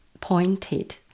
pointed